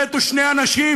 שמתו בו שני אנשים,